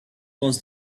was